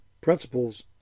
principles